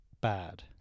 bad